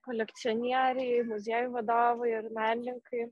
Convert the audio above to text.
kolekcionieriai muziejų vadovai ir menininkai